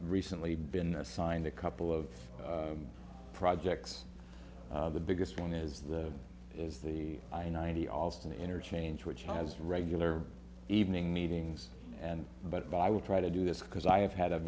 recently been assigned a couple of projects the biggest one is the is the i ninety austin interchange which has regular evening meetings and but i will try to do this because i have had